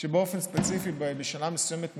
שבאופן ספציפי בשנה מסוימת מתנגד,